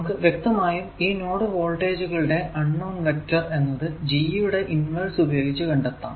നമുക്ക് വ്യക്തമായും ഈ നോഡ് വോൾട്ടേജുകളുടെ അൺ നോൺ വെക്റ്റർ എന്നത് G യുടെ ഇൻവെർസ് ഉപയോഗിച്ച് കണ്ടെത്താം